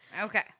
Okay